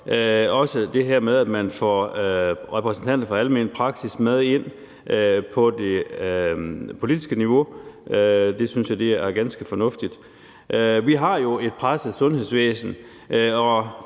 også det, at man får repræsentanter for almen praksis med ind på det politiske niveau. Det synes jeg er ganske fornuftigt. Vi har jo et presset sundhedsvæsen,